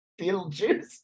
Beetlejuice